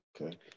okay